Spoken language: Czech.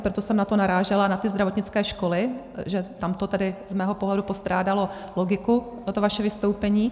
Proto jsem na to narážela, na ty zdravotnické školy, že tam to tedy z mého pohledu postrádalo logiku, toto vaše vystoupení.